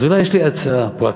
אז יש לי הצעה פרקטית,